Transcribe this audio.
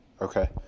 Okay